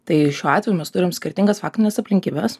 tai šiuo atveju mes turime skirtingas faktines aplinkybes